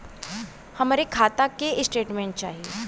हमरे खाता के स्टेटमेंट चाही?